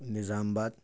نظام آباد